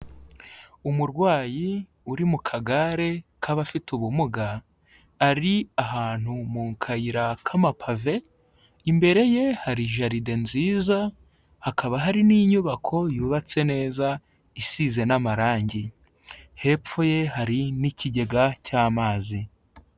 Umurwayi uri mu kagare k'abafite ubumuga ari ahantu mu kayira k'amapave, imbere ye hari jaride nziza, hakaba hari n'inyubako yubatse neza, isize n'amarangi, hepfo ye hari n'ikigega cy'amazi.